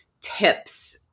tips